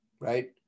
right